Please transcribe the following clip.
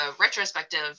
retrospective